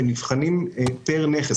הם מבחנים פר נכס.